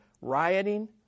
rioting